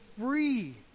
free